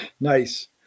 Nice